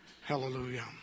Hallelujah